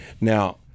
Now